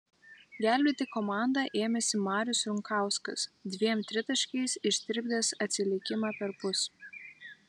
gelbėti komandą ėmėsi marius runkauskas dviem tritaškiais ištirpdęs atsilikimą perpus